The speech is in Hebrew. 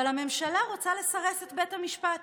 אבל הממשלה רוצה לסרס את בית המשפט,